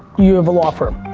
you have a law firm.